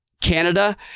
Canada